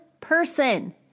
person